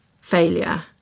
failure